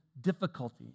difficulty